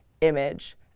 image